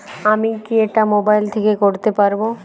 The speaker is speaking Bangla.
আমি কি এটা মোবাইল থেকে করতে পারবো?